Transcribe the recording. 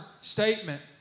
statement